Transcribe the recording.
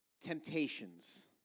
temptations